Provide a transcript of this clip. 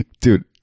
Dude